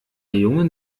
jungen